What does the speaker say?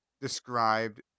described